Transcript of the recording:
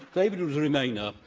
david was a remainer,